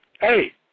Hey